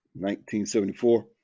1974